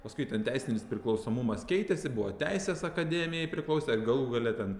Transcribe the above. paskui ten teisinis priklausomumas keitėsi buvo teisės akademijai priklausė galų gale ten